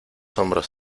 hombros